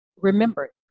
remember